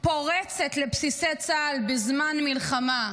פורצת לבסיסי צה"ל בזמן מלחמה,